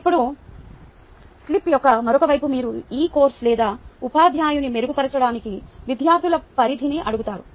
ఇప్పుడు స్లిప్ యొక్క మరొక వైపు మీరు ఈ కోర్సు లేదా ఉపాధ్యాయుని మెరుగుపరచడానికి విద్యార్థుల పరిధిని అడుగుతారు